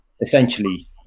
essentially